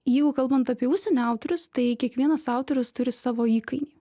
jeigu kalbant apie užsienio autorius tai kiekvienas autorius turi savo įkainį